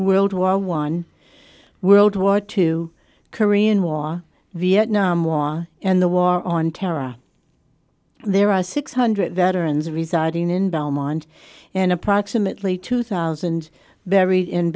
world war one world war two korean war vietnam war and the war on terror there are six hundred veterans residing in belmont and approximately two thousand buried in